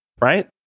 Right